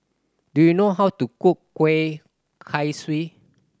do you know how to cook Kueh Kaswi